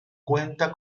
cuenta